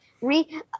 Re